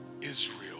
Israel